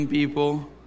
People